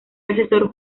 asesor